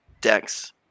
DEX